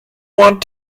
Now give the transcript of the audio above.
want